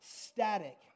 static